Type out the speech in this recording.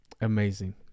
Amazing